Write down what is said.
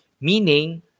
Meaning